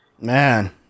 Man